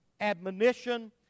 admonition